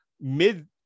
mid